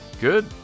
Good